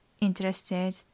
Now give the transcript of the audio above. interested